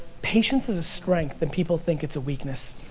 patience is a strength and people think it's a weakness.